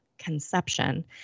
Conception